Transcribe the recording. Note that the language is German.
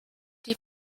die